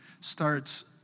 starts